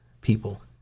people